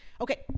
okay